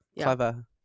Clever